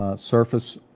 ah surface,